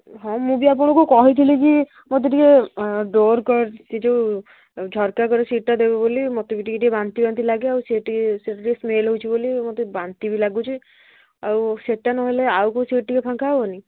ହଁ ମୁଁ ବି ଆପଣଙ୍କୁ କହିଥିଲି କି ମୋତେ ଟିକେ ଡୋର କରି ଯେଉଁ ଝରକା କଡ଼ ସିଟ୍ଟା ଦେବେ ବୋଲି ମୋତେ ବି ଟିକେ ଟିକେ ବାନ୍ତି ବାନ୍ତି ଲାଗେ ଆଉ ସେକ ସେ ଟିକେ ସ୍ମେଲ୍ ହେଉଛି ବୋଲି ମୋତେ ବାନ୍ତି ବି ଲାଗୁଛି ଆଉ ସେଟା ନହେଲେ ଆଉ କେଉଁ ସିଟ୍ ଟିକେ ଫାଙ୍କା ହବନି